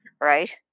Right